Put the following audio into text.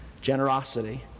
Generosity